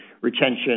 retention